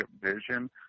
vision